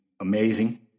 amazing